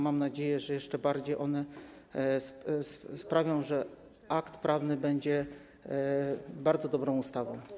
Mam nadzieję, że one jeszcze bardziej sprawią, że akt prawny będzie bardzo dobrą ustawą.